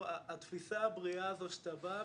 התפיסה הבריאה הזו שאתה בא.